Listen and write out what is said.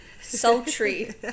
sultry